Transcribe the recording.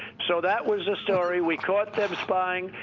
so that was the story. we caught them spying,